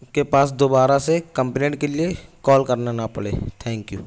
کے پاس دوبارہ سے کمپلینٹ کے لیے کال کرنا نہ پڑے تھینک یو